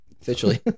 officially